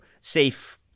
safe